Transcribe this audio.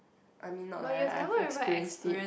I mean not like I'm experiencing